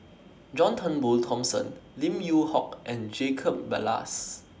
John Turnbull Thomson Lim Yew Hock and Jacob Ballas